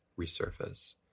resurface